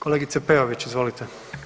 Kolegice Peović, izvolite.